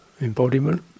embodiment